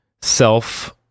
self